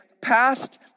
past